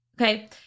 okay